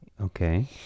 okay